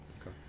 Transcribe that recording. Okay